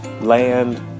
land